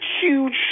huge